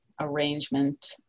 arrangement